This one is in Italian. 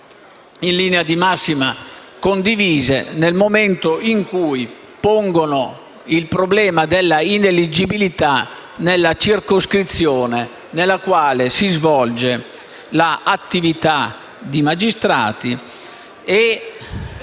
in linea di massima, condivise, dal momento che pongono il problema della ineleggibilità nella circoscrizione nella quale si svolge l'attività di magistrato e